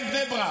כן, בני ברק.